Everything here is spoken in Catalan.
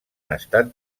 estat